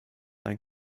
einen